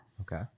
Okay